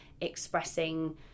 expressing